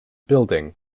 building